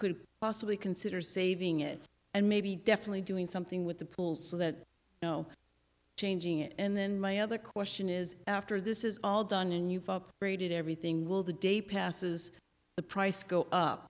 could possibly consider saving it and maybe definitely doing something with the pool so that no changing it and then my other question is after this is all done and you've upgraded everything will the day passes the price go up